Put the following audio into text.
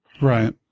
right